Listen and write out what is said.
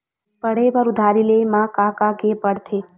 पढ़े बर उधारी ले मा का का के का पढ़ते?